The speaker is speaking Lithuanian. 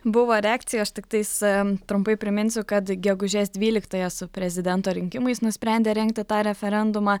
buvo reakcija aš tiktais am trumpai priminsiu kad gegužės dvyliktąją su prezidento rinkimais nusprendė rengti tą referendumą